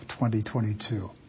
2022